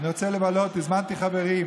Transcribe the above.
אני רוצה לבלות, הזמנתי חברים.